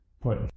put